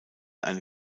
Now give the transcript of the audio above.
eine